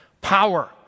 Power